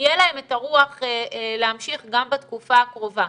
שתהיה להם את הרוח להמשיך גם בתקופה הקרובה.